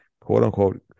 quote-unquote